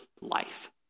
life